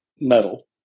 metal